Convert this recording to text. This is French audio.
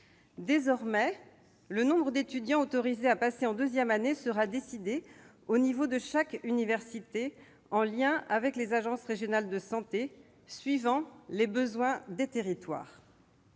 Désormais, le nombre d'étudiants autorisés à passer en deuxième année sera décidé au niveau de chaque université, en liaison avec les agences régionales de santé suivant les besoins des territoires.